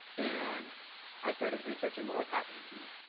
and i started researching what was happening to me.